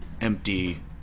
empty